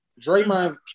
Draymond